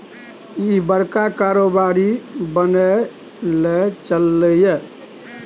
इह बड़का कारोबारी बनय लए चललै ये